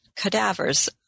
cadavers